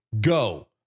go